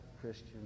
Christian